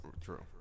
true